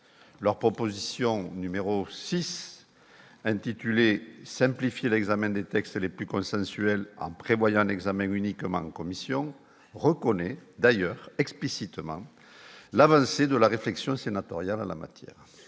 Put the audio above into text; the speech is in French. leur proposition numéro 6 intitulé simplifier l'examen des textes les plus consensuelles, en prévoyant un examen uniquement commission reconnaît d'ailleurs explicitement l'avancée de la réflexion sénatorial en la matière